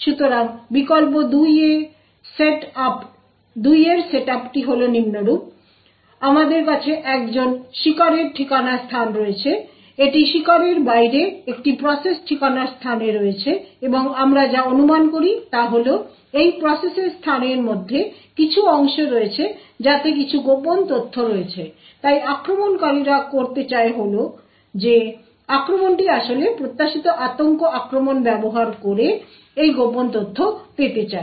সুতরাং বিকল্প 2 এ সেট আপটি হল নিম্নরূপ আমাদের কাছে একজন শিকারের ঠিকানা স্থান রয়েছে এটি শিকারের বাইরে একটি প্রসেস ঠিকানার স্থানে রয়েছে এবং আমরা যা অনুমান করি তা হল এই প্রসেসের স্থানের মধ্যে কিছু অংশ রয়েছে যাতে কিছু গোপন তথ্য রয়েছে তাই আক্রমণকারীরা করতে চায় হল যে আক্রমণটি আসলে প্রত্যাশিত আতঙ্ক আক্রমণ ব্যবহার করে এই গোপন তথ্য পেতে চায়